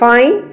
Fine